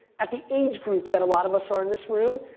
at the age group that a lot of us are in this room,